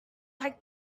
like